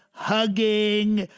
hugging.